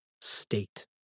state